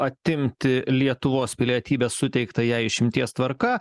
atimti lietuvos pilietybė suteiktą jai išimties tvarka